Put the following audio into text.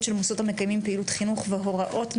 של מוסדות המקיימים פעילות חינוך והוראות נוספות)